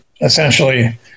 essentially